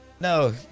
No